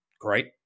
great